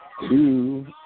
two